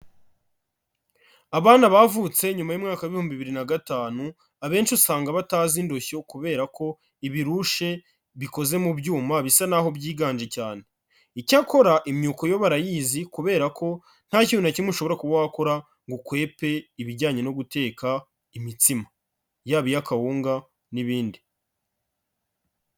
Abana bavutse nyuma y'umwaka w'ibihumbi bibiri na gatanu, abenshi usanga batazi indushyo kubera ko ibirushe bikoze mu byuma bisa naho byiganje cyane, icyakora imyuku yo barayizi kubera ko nta kintu na kimwe ushobora kuba wakora ngo ukwepe ibijyanye no guteka imitsima, yaba iy'akawunga n'ibindi.